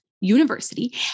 University